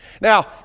Now